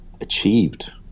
achieved